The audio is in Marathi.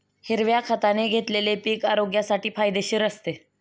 हिरव्या खताने घेतलेले पीक आरोग्यासाठी फायदेशीर असते